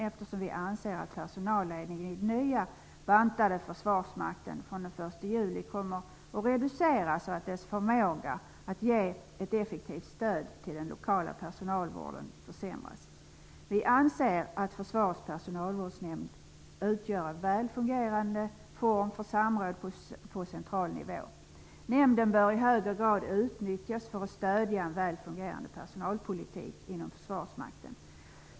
Eftersom personalledningen i den från den 1 juli nya bantade Försvarsmakten kommer att reduceras anser vi att dess förmåga att ge ett effektivt stöd till den lokala personalvården försämras. Vi anser att Försvarets personalvårdsnämnd utgör ett väl fungerande forum för samråd på central nivå. Nämnden bör i högre grad utnyttjas för att stödja en väl fungerande personalpolitik inom Försvarsmakten.